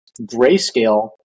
Grayscale